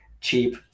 cheap